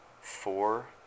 four